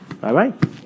Bye-bye